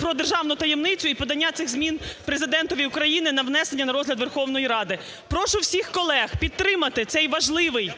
про державну таємницю і подання цих змін Президентові України на внесення на розгляд Верховної Ради. Прошу всіх колег підтримати цей важливий